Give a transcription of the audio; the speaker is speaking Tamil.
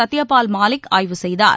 கத்யபால் மாலிக் ஆய்வு செய்தார்